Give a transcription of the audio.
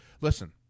Listen